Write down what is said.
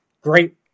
great